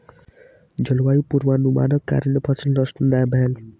जलवायु पूर्वानुमानक कारणेँ फसिल नष्ट नै भेल